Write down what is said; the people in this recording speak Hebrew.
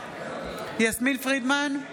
יסמין פרידמן,